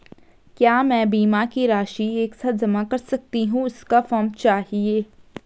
क्या मैं बीमा की राशि एक साथ जमा कर सकती हूँ इसका फॉर्म चाहिए?